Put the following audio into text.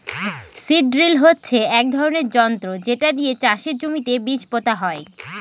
seed drill হচ্ছে এক ধরনের যন্ত্র যেটা দিয়ে চাষের জমিতে বীজ পোতা হয়